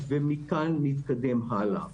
ומכאן נתקדם הלאה.